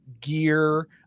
gear